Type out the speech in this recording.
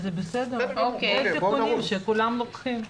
אלו סיכונים שכולם לוקחים.